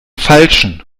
falschen